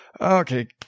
Okay